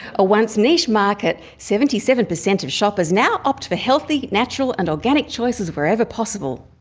a once niche market, seventy seven per cent of shoppers now opt for healthy, natural, and organic choices whenever possible.